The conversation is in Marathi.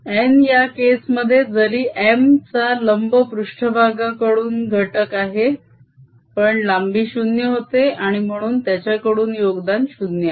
n या केस मध्ये जरी M चा लंब पृष्ट्भागाकडून घटक आहे पण लांबी 0 होते आणि म्हणून त्याच्याकडून योगदान 0 आहे